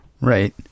right